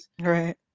Right